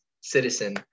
citizen